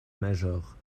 major